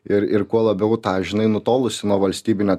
ir ir kuo labiau tą žinai nutolusį nuo valstybinio